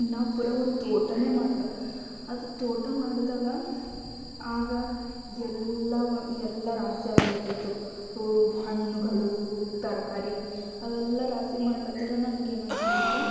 ನಾನು ಪೂರ ಒಂದು ತೋಟವೇ ಮಾಡ್ದೆ ಅದು ತೋಟ ಮಾಡಿದಾಗ ಆಗ ಏಲ್ಲವೂ ಏಲ್ಲ ರಾಶಿ ಆಗ್ಲತ್ತಿತ್ತು ಹೂ ಹಣ್ಣುಗಳು ತರಕಾರಿ ಅವೆಲ್ಲಾ ರಾಶಿ ಮಾಡ್ಲತ್ತರ ನನಗೇನಿಸ್ತುಂದ್ರೆ